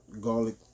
garlic